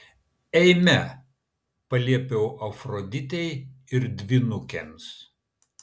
eime paliepiau afroditei ir dvynukėms